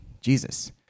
Jesus